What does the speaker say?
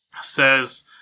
says